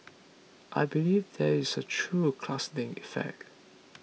I believe there is a true clustering effect